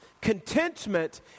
Contentment